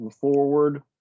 forward